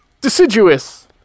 Deciduous